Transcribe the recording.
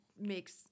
makes